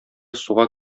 суга